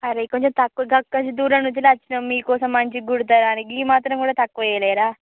అరె కొంచెం తక్కువ గక్కడ దూరం నుంచి అచ్చినం మీకోసం మంచిగ కుడతారని ఈమాత్రం కూడా తక్కువ చేయలేరా